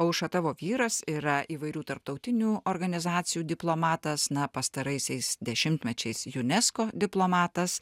aušra tavo vyras yra įvairių tarptautinių organizacijų diplomatas na pastaraisiais dešimtmečiais unesco diplomatas